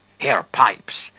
here, pipes,